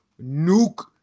nuke